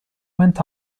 went